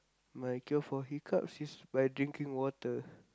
my cure for hiccups is by drinking water